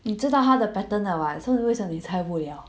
你知道她的 pattern 的 [what] so 为什么你猜不了